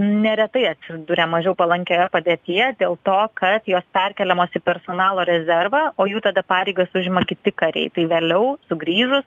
neretai atsiduria mažiau palankioje padėtyje dėl to kad jos perkeliamos į personalo rezervą o jų tada pareigas užima kiti kariai tai vėliau sugrįžus